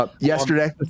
yesterday